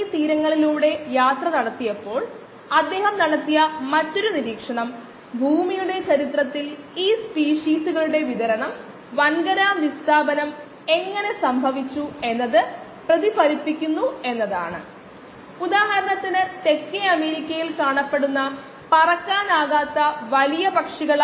നമുക്ക് സ്വാഭാവിക കഴിവുണ്ടെങ്കിൽ ഈ പ്രാരംഭ ഭാഗം അല്ലെങ്കിൽ പ്രോബ്ലം സോൾവിങ്ന്റെ വിശദാംശങ്ങൾ നമുക്ക് വളരെ ആവശ്യമായി വരില്ല